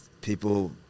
people